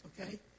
okay